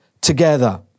together